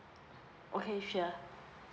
okay sure